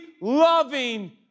loving